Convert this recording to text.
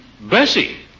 Bessie